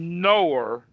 knower